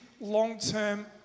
long-term